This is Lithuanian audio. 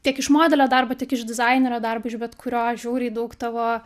tiek iš modelio darbo tik iš dizainerio darbo iš bet kurio žiauriai daug tavo